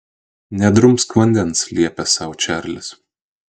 nedrumsk vandens liepė sau čarlis